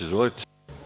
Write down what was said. Izvolite.